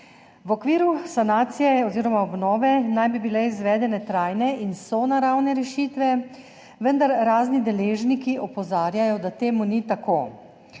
V okviru sanacije oziroma obnove naj bi bile izvedene trajne in sonaravne rešitve, vendar razni deležniki opozarjajo, da to ni tako.